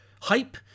hype